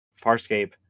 Farscape